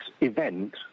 event